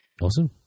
Awesome